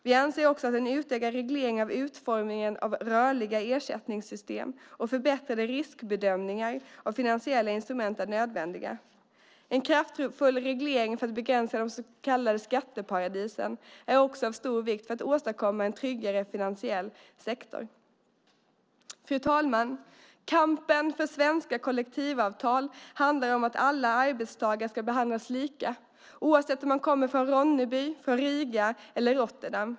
Vi anser också att en utökad reglering av utformningen av rörliga ersättningssystem och förbättrade riskbedömningar av finansiella instrument är nödvändiga. En kraftfull reglering för att begränsa de så kallade skatteparadisen är också av stor vikt för att åstadkomma en tryggare finansiell sektor. Fru talman! Kampen för svenska kollektivavtal handlar om att alla arbetstagare ska behandlas lika oavsett om de kommer från Ronneby, Riga eller Rotterdam.